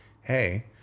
hey